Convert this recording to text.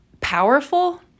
powerful